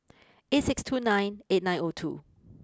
eight six two nine eight nine O two